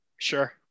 Sure